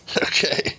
okay